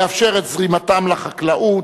לאפשר את זרימתם לחקלאות,